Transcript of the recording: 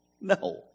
No